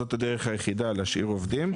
זאת הדרך היחידה להשאיר עובדים,